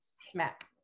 Smack